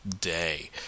day